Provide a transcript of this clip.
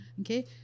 Okay